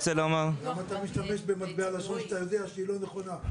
למה אתה משתמש במטבע לשון שאתה יודע שהיא לא נכונה?